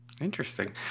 interesting